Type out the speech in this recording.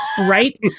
right